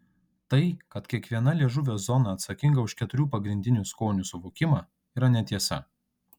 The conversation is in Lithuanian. tai kad kiekviena liežuvio zona atsakinga už keturių pagrindinių skonių suvokimą yra netiesa